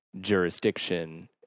jurisdiction